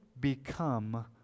become